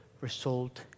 result